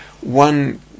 one